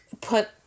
put